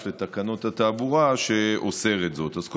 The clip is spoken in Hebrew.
על התשובה המורחבת,